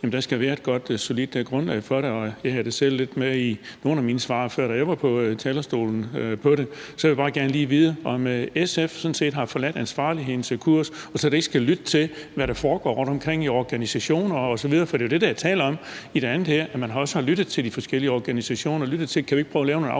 der skal være et godt og solidt grundlag; jeg havde det selv lidt med i nogle af mine svar, da jeg var på talerstolen før. Så jeg vil bare gerne lige vide, om SF sådan set har forladt ansvarlighedens kurs og slet ikke vil lytte til, hvad der foregår rundtomkring i organisationer osv. For det er jo det, der er tale om i det andet her, altså at man også har lyttet til de forskellige organisationer og sagt, om ikke man selv kunne prøve at lave nogle aftaler